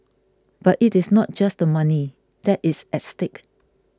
but it is not just the money that is at stake